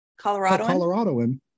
Coloradoan